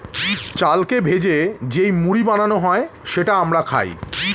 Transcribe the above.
চালকে ভেজে যেই মুড়ি বানানো হয় সেটা আমরা খাই